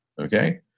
Okay